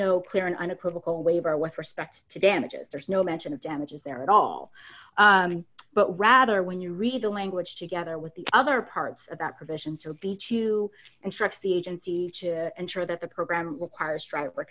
no clear and unequivocal waiver with respect to damages there's no mention of damages there at all but rather when you read the language together with the other parts about provisions or beat you and stretch the agencies ensure that the program requires driver